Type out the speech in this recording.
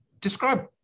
describe